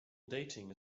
dating